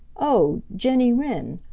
oh, jenny wren,